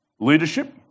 leadership